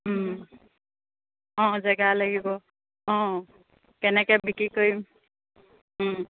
অঁ জেগা লাগিব অঁ কেনেকে বিক্ৰী কৰিম